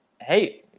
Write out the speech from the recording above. Hey